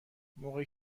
موقعی